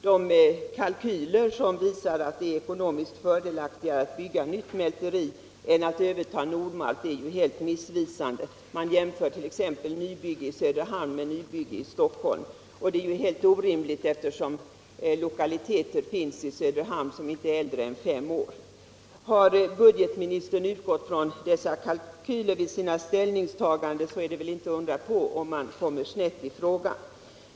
De kalkyler som visar att det är ekonomiskt fördelaktigare att bygga nytt mälteri än att överta Nordmalt är helt missvisande. Man jämfört.ex. nybygge i Söderhamn med nybygge i Stockholm. Det är ju helt orimligt, eftersom lokaliteter redan finns i Söderhamn vilka inte är äldre än fem år. Har budgetministern utgått från dessa kalkyler är det inte att undra på att budgetministern har kommit snett i sitt ställningstagande.